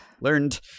learned